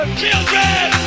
Children